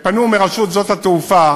פנו מרשות שדות התעופה